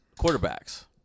quarterbacks